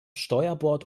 steuerbord